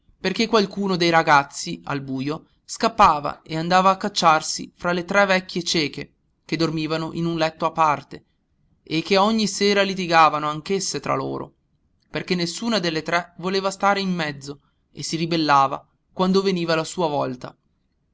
perché qualcuno dei ragazzi al bujo scappava e andava a cacciarsi fra le tre vecchie cieche che dormivano in un letto a parte e che ogni sera litigavano anch'esse tra loro perché nessuna delle tre voleva stare in mezzo e si ribellava quando veniva la sua volta